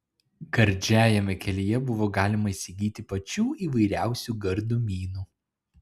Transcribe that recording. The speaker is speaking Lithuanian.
gardžiajame kelyje buvo galima įsigyti pačių įvairiausių gardumynų